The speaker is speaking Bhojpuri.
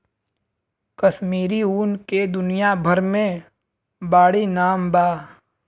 कश्मीरी ऊन के दुनिया भर मे बाड़ी नाम बा